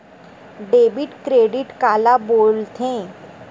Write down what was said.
Debit credit काला बोल थे?